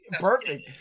perfect